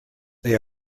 they